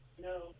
no